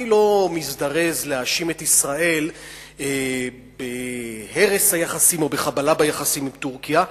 אני לא מזדרז להאשים את ישראל בהרס היחסים או בחבלה ביחסים עם טורקיה,